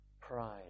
Pride